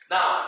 Now